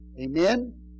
Amen